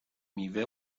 میوه